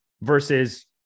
versus